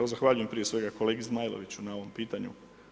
Evo zahvaljujem prije svega kolegi Zmajloviću na ovom pitanju.